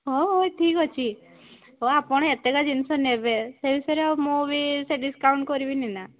ହେଉ ହେଉ ଠିକଅଛି ହଁ ଆପଣ ଏତେଟା ଜିନିଷ ନେବେ ସେଇ ହିସାବରେ ଆଉ ମୁଁ ବି ସେ ଡିସକାଉଣ୍ଟ କରିବିନି ନା